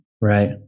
Right